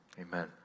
amen